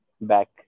back